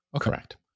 Correct